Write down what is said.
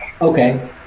Okay